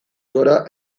gora